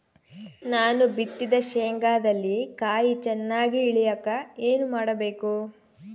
ನಾನು ಬಿತ್ತಿದ ಶೇಂಗಾದಲ್ಲಿ ಕಾಯಿ ಚನ್ನಾಗಿ ಇಳಿಯಕ ಏನು ಮಾಡಬೇಕು?